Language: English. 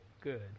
good